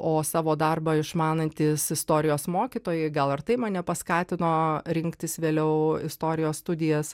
o savo darbą išmanantys istorijos mokytojai gal ir tai mane paskatino rinktis vėliau istorijos studijas